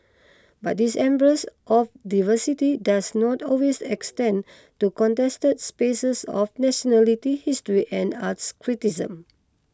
but this embrace of diversity does not always extend to contested spaces of nationality history and arts criticism